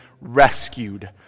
rescued